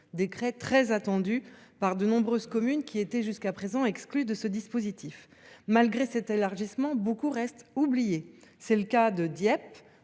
était très attendu par de nombreuses communes jusqu’à présent exclues de ce dispositif. Malgré cet élargissement, beaucoup d’entre elles restent oubliées. C’est le cas de Dieppe,